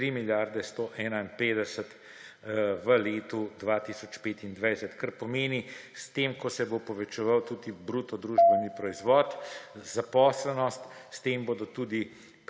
3 milijarde 151 v letu 2025. To pomeni, da s tem, ko se bo povečeval tudi bruto družbeni proizvod, zaposlenost, s tem bodo tudi